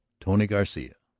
tony garcia,